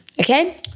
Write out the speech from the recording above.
Okay